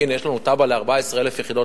והנה יש לנו תב"ע ל-14,000 יחידות,